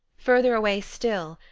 further away still,